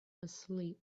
asleep